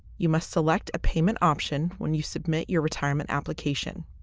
you must select a payment option when you submit your retirement application.